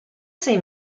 sei